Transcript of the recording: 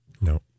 No